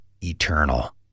eternal